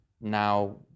now